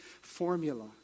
formula